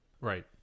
Right